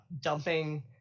dumping